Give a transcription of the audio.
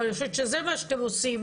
ואני חושבת שזה מה שאתם עושים